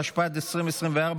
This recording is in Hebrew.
התשפ"ד 2024,